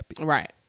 Right